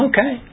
Okay